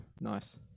nice